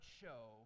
show